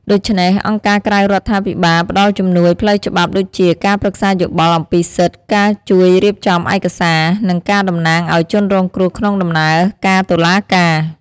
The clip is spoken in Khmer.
ដូច្នេះ អង្គការក្រៅរដ្ឋាភិបាលផ្ដល់ជំនួយផ្លូវច្បាប់ដូចជា ការប្រឹក្សាយោបល់អំពីសិទ្ធិ ការជួយរៀបចំឯកសារ និងការតំណាងឲ្យជនរងគ្រោះក្នុងដំណើរការតុលាការ។